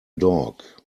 dog